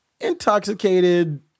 intoxicated